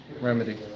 Remedy